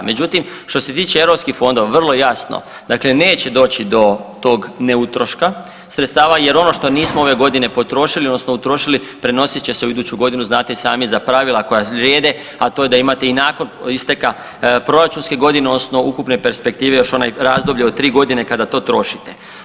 Međutim, što se tiče europskih fondova vrlo je jasno, dakle neće doći do tog neutroška sredstava jer ono što nismo ove godine potrošili odnosno utrošili prenosit će se u iduću godinu, znate i sami za pravila koja vrijede, a to je da imate i nakon isteka proračunske godine odnosno ukupne perspektive još ono razdoblje od 3.g. kada to trošite.